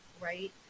Right